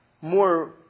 more